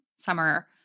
summer